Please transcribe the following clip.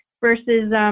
versus